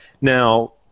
Now